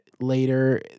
later